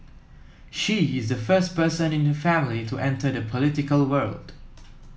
she is the first person in her family to enter the political world